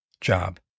job